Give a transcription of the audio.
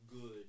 good